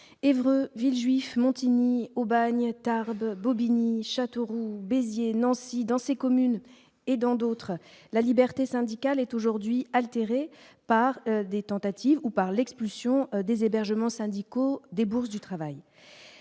Evreux Villejuif Montigny Aubagne Tarbes Bobigny Châteauroux Béziers Nancy dans ces communes et dans d'autres la liberté syndicale est aujourd'hui altérée par des tentatives ou par l'expulsion des hébergements syndicaux des bourses du travail